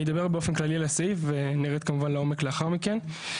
אני אדבר באופן כללי על הסעיף ונרד כמובן לעומק לאחר מכן.